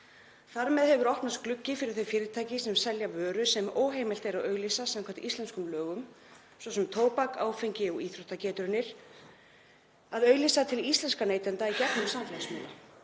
Þar með hefur opnast gluggi fyrir þau fyrirtæki sem selja vörur sem óheimilt er að auglýsa samkvæmt íslenskum lögum, svo sem tóbak, áfengi og íþróttagetraunir, til íslenskra neytenda í gegnum samfélagsmiðla.